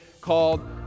called